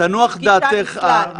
תנוח דעתך.